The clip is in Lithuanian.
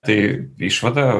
tai išvada